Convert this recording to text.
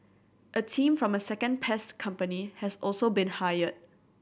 a team from a second pest company has also been hired